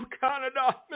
Canada